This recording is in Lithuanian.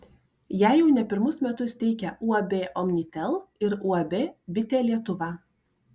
ją jau ne pirmus metus teikia uab omnitel ir uab bitė lietuva